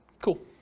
Cool